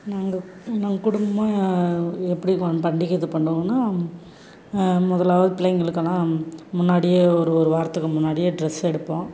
நாங்கள் நாங்கள் குடும்பமாக எப்படி பண்டிகை இது பண்ணுவோம்னா மொதலில் பிள்ளைங்களுக்கெல்லாம் முன்னாடியே ஒரு ஒருவாரத்துக்கு முன்னாடியே ட்ரெஸ் எடுப்போம்